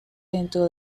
dentro